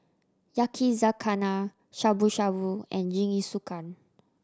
Yakizakana Shabu Shabu and Jingisukan